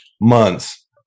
months